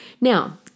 Now